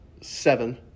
seven